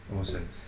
awesome